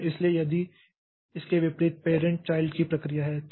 इसलिए यदि इसके विपरीत पैरेंट चाइल्ड की प्रक्रिया है तो